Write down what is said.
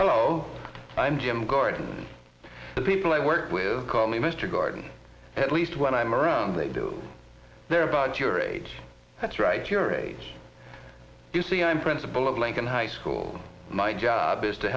hello i'm jim gordon the people i work with call me mr gordon at least when i'm around they do they're about your age that's right your age you see i'm principal of lincoln high school my job is to